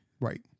Right